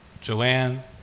Joanne